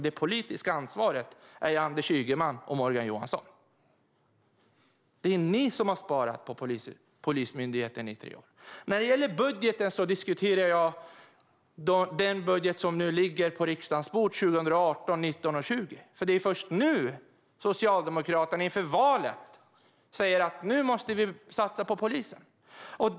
Det politiska ansvaret är Anders Ygemans och Morgan Johanssons. Det är ni som har sparat på Polismyndigheten och inte jag. När det gäller budgeten diskuterar jag den budget som ligger på riksdagens bord för 2018, 2019 och 2020. Det är först nu inför valet som Socialdemokraterna säger att nu måste vi satsa på polisen.